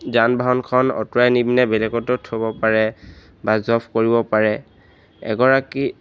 যান বাহনখন আঁতৰাই নিপিনে বেলেগতো থ'ব পাৰে বা জব্দ কৰিব পাৰে এগৰাকী